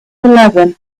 eleven